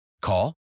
Call